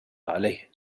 عليه